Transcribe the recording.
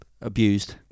abused